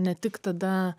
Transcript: ne tik tada